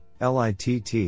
LITT